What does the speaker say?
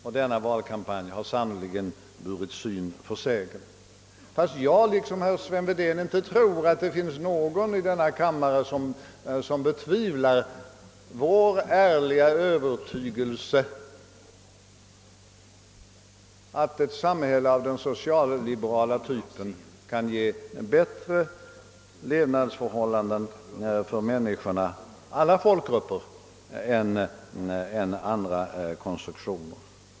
Och den senaste valkampanjen har sannerligen burit syn för sägen — fast jag liksom herr Sven Wedén inte tror att det finns någon i denna kammare som betvivlar vår ärliga övertygelse att ett samhälle av den socialliberala typen kan ge bättre levnadsförhållanden för alla folkgrupper än andra konstruktioner.